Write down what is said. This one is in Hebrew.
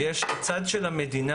הצד של המדינה